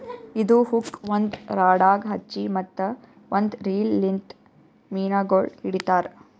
ಇದು ಹುಕ್ ಒಂದ್ ರಾಡಗ್ ಹಚ್ಚಿ ಮತ್ತ ಒಂದ್ ರೀಲ್ ಲಿಂತ್ ಮೀನಗೊಳ್ ಹಿಡಿತಾರ್